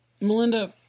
Melinda